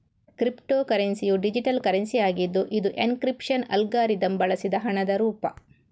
crypto ಕರೆನ್ಸಿಯು digital currency ಆಗಿದ್ದು ಇದು ಎನ್ಕ್ರಿಪ್ಶನ್ ಅಲ್ಗಾರಿದಮ್ ಬಳಸಿದ ಹಣದ ರೂಪ